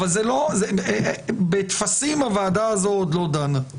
אבל בטפסים הוועדה הזאת עוד לא דנה.